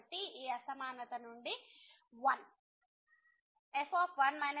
కాబట్టి ఈ అసమానత నుండి 1